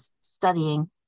studying